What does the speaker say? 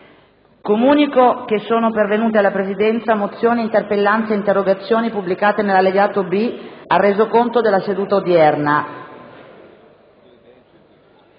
Comunico che sono pervenute alla Presidenza un'interpellanza e interrogazioni, pubblicate nell'allegato B al Resoconto della seduta odierna.